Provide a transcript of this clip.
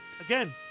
Again